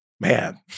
man